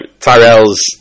Tyrell's